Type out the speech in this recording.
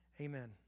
amen